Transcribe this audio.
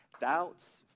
Doubts